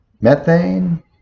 methane